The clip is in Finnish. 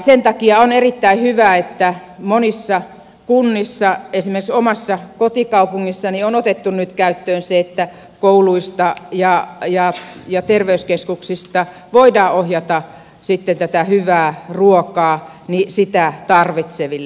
sen takia on erittäin hyvä että monissa kunnissa esimerkiksi omassa kotikaupungissani on otettu nyt käyttöön se että kouluista ja terveyskeskuksista voidaan ohjata sitten tätä hyvää ruokaa sitä tarvitseville